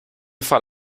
fall